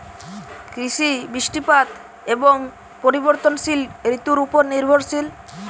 কৃষি বৃষ্টিপাত এবং পরিবর্তনশীল ঋতুর উপর নির্ভরশীল